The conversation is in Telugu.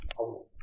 professor G